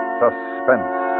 suspense